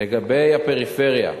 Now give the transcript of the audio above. לגבי הפריפריה,